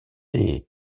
est